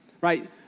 Right